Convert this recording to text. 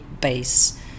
base